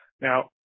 Now